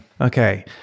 Okay